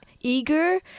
eager